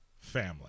family